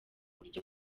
buryo